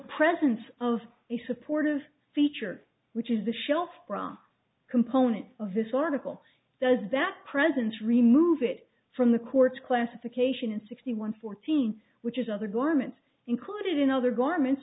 presence of a supportive feature which is the shelf from component of this article does that present remove it from the court's classification sixty one fourteen which is other garments included in other garment